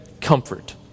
comfort